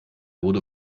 wurde